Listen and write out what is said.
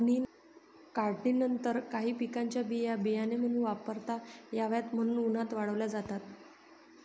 काढणीनंतर काही पिकांच्या बिया बियाणे म्हणून वापरता याव्यात म्हणून उन्हात वाळवल्या जातात